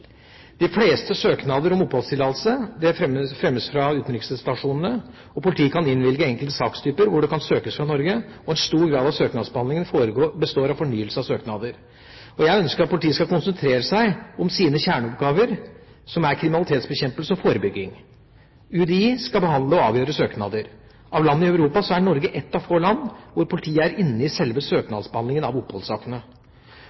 De fleste søknader om oppholdstillatelse fremmes fra utenriksstasjonene. Politiet kan innvilge enkelte sakstyper hvor det kan søkes fra Norge, og en stor grad av søknadsbehandlingen består av fornyelse av søknader. Jeg ønsker at politiet skal konsentrere seg om sine kjerneoppgaver, som er kriminalitetsbekjempelse og -forebygging. UDI skal behandle og avgjøre søknader. I Europa er Norge ett av få land hvor politiet er inne i selve